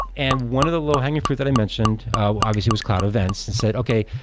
and one of the low-hanging fruits that i mentioned obviously was cloud events and said, okay,